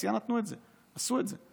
בתעשייה נתנו את זה, עשו את זה.